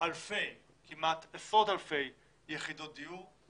עשרות אלפי יחידות דיור.